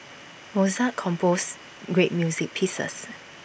Mozart composed great music pieces